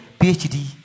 PhD